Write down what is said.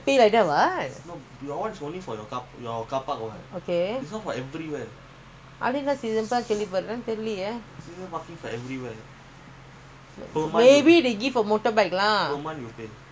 check பண்ணுகாடிக்குஇருக்கானு:pannu gaadiku irukkanu check பண்ணுஅந்தமாதிரி:pannu antha mathiri motorbike liecense எடுத்திருக்கலாம்ல:eduthirukkalamla